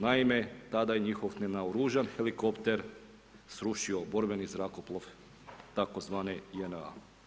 Naime, tada je njihov nenaoružan helikopter srušio borbeni zrakoplov tzv. JNA.